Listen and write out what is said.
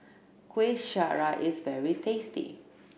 Kueh Syara is very tasty